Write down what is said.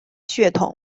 血统